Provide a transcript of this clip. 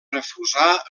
refusar